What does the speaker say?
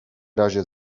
razie